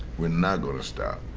we're not going to stop.